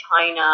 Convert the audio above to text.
China